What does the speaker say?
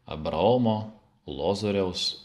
abraomo lozoriaus